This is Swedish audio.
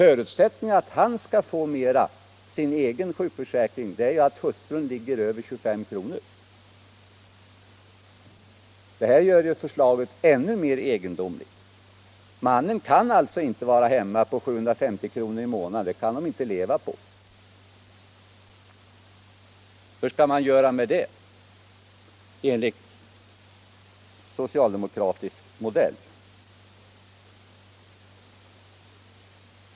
Förutsättningen för att han skall få mera från sin egen sjukförsäkring är ju att hustrun är försäkrad för mer än 25 kr. per dag. Det här gör förslaget ännu mer egendomligt. Mannen kan inte vara hemma en månad mot en ersättning av 750 kr., för det kan familjen inte leva på. Hur skall man då förfara enligt socialdemokratisk modell?